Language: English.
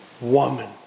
woman